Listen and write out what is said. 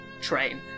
train